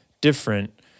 different